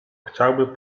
chciałby